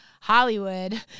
Hollywood